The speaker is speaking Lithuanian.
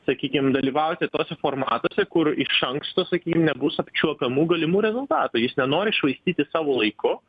sakykim dalyvauti tuose formatuose kur iš anksto sakykim nebus apčiuopiamų galimų rezultatų jis nenori švaistyti savo laiko